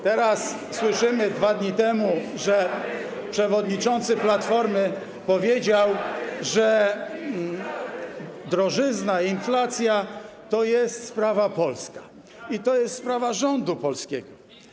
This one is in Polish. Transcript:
Teraz słyszymy 2 dni temu, że przewodniczący Platformy powiedział, że drożyzna, inflacja to jest sprawa polska i to jest sprawa rządu polskiego.